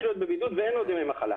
להיות בבידוד ואין לו עוד ימי מחלה,